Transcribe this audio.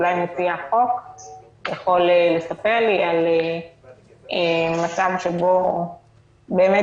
אולי מציע החוק יכול לספר לי על מצב שבו באמת